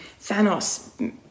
Thanos